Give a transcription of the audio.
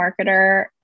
marketer